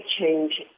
change